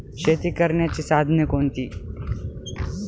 शेती करण्याची साधने कोणती?